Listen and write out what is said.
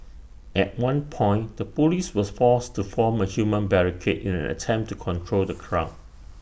at one point the Police were forced to form A human barricade in an attempt to control the crowd